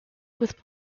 with